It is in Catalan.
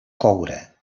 coure